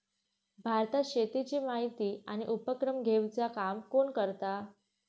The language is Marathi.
भारतात शेतीची माहिती आणि उपक्रम घेवचा काम कोण करता?